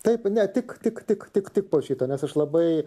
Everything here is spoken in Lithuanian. taip ne tik tik tik tik tik po šito nes aš labai